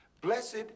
Blessed